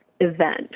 event